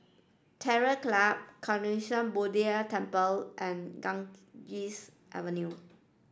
Terror Club Buddha Temple and Ganges Avenue